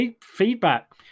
feedback